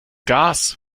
gas